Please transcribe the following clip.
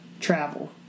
travel